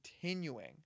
continuing